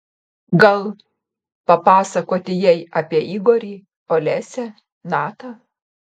gal papasakoti jai apie igorį olesią natą